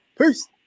Peace